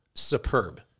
superb